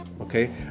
okay